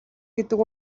гэдэг